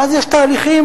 ואז, יש תהליכים